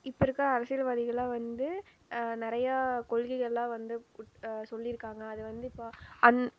இப்போ இருக்க அரசியல்வாதிகளெலாம் வந்து நிறைய கொள்கைகளெலாம் வந்து சொல்லியிருக்காங்க அது வந்து இப்போ